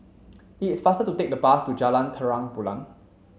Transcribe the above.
it's faster to take the bus to Jalan Terang Bulan